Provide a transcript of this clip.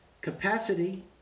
capacity